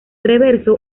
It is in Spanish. reverso